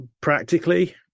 practically